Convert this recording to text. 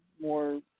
more